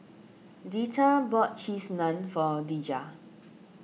Deetta bought Cheese Naan for Dejah